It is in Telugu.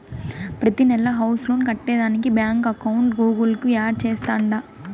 ప్రతినెలా హౌస్ లోన్ కట్టేదానికి బాంకీ అకౌంట్ గూగుల్ కు యాడ్ చేస్తాండా